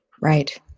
Right